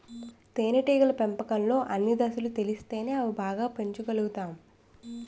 తేనేటీగల పెంపకంలో అన్ని దశలు తెలిస్తేనే అవి బాగా పెంచగలుతాము